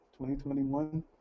2021